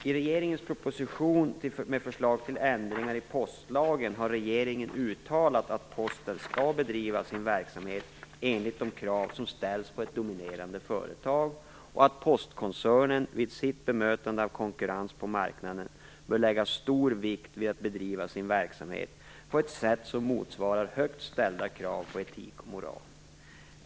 I regeringens proposition med förslag till ändringar i postlagen har regeringen uttalat att Posten skall bedriva sin verksamhet enligt de krav som ställs på ett dominerande företag, och att postkoncernen vid sitt bemötande av konkurrens på marknaden bör lägga stor vikt vid att bedriva sin verksamhet på ett sätt som motsvarar högt ställda krav på etik och moral.